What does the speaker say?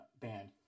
band